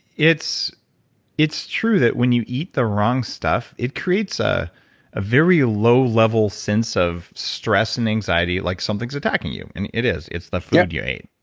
it's it's true that when you eat the wrong stuff, it creates a ah very low level sense of stress and anxiety, like something's attacking you. and it is, it's the food you ate